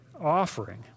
offering